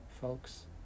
folks